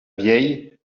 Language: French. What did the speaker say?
vieille